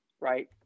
right